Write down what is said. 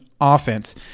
offense